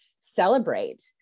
celebrate